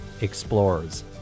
explorers